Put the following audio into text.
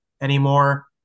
anymore